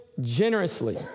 generously